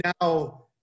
now